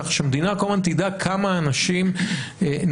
כך שהמדינה כל הזמן תדע כמה אנשים נכנסו.